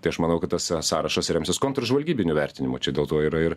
tai aš manau kad tas sąrašas remsis kontržvalgybiniu vertinimu čia dėl to ir ir